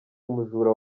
umujura